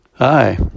Hi